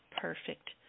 Perfect